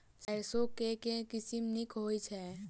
सैरसो केँ के किसिम नीक होइ छै?